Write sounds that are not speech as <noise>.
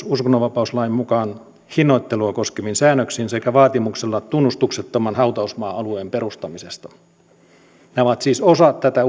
<unintelligible> uskonnonvapauslain mukaan hinnoittelua koskevin säännöksin sekä vaatimuksella tunnustuksettoman hautausmaa alueen perustamisesta nämä ovat siis osa tätä <unintelligible>